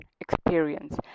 experience